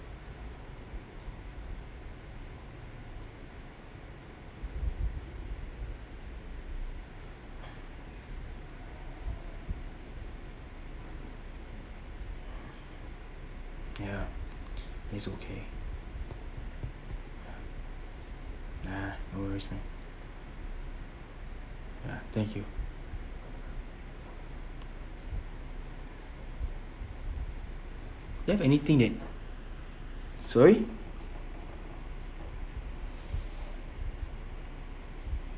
ya it's okay ya ah no worries man thank you do you have anything that sorry